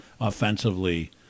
offensively